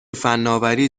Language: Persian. فنآوری